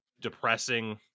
depressing